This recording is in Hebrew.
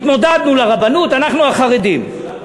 התמודדנו לרבנות, אנחנו, החרדים.